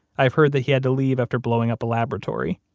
i've heard that he had to leave after blowing up a laboratory.